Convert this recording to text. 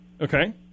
Okay